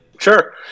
Sure